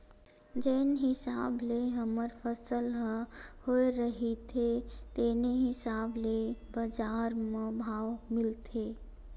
जेन हिसाब ले हमर फसल ह होए रहिथे तेने हिसाब ले बजार म भाव मिलथे